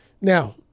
Now